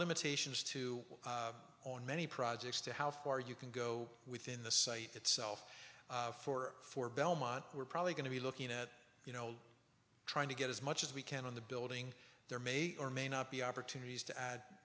limitations to on many projects to how far you can go within the site itself for four belmont we're probably going to be looking at you know trying to get as much as we can on the building there may or may not be opportunities to add